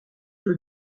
peut